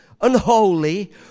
unholy